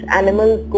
animals